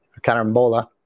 Carambola